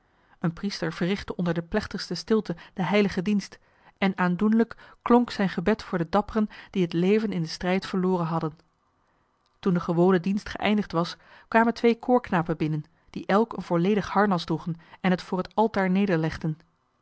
een priester verrichtte onder de plechtigste stilte den heiligen dienst en aandoenlijk klonk zijn gebed voor de dapperen die het leven in den strijd verloren hadden toen de gewone dienst geëindigd was kwamen twee koorknapen binnen die elk een volledig harnas droegen en het voor het altaar nederlegden